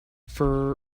for